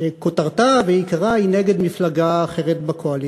שכותרתה ועיקרה היא נגד מפלגה אחרת בקואליציה.